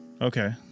Okay